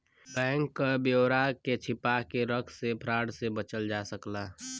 bank क ब्यौरा के छिपा के रख से फ्रॉड से बचल जा सकला